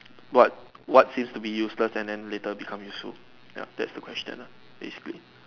what what seems to be useless then later become useful ya that's the question lah basically